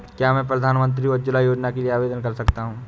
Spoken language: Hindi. क्या मैं प्रधानमंत्री उज्ज्वला योजना के लिए आवेदन कर सकता हूँ?